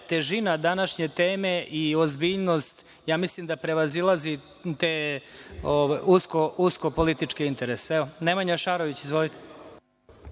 težina današnje teme i ozbiljnost mislim da prevazilazi te usko političke interese. Reč ima Nemanja Šarović. Izvolite.